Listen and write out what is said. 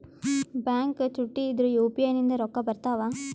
Bank ಚುಟ್ಟಿ ಇದ್ರೂ UPI ನಿಂದ ರೊಕ್ಕ ಬರ್ತಾವಾ?